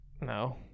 No